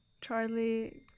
Charlie